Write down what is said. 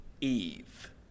Eve